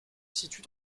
situe